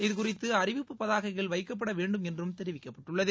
இது குறித்து அறிவிப்பு பதாகைகள் வைக்கப்படவேண்டும் என்றும் தெரிவிக்கப்பட்டுள்ளது